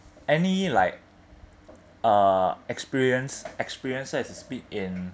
any like uh experience experience so as to speak in